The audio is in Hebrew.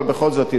אבל בכל זאת,